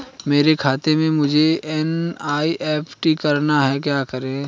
मेरे खाते से मुझे एन.ई.एफ.टी करना है क्या करें?